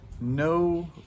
no